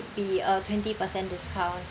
be uh twenty percent discount